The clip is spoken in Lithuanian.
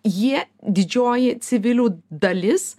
jie didžioji civilių dalis